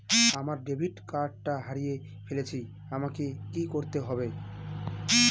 আমার ডেবিট কার্ডটা হারিয়ে ফেলেছি আমাকে কি করতে হবে?